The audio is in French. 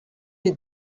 les